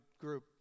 group